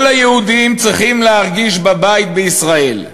כל היהודים צריכים להרגיש בבית בישראל,